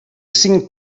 cinc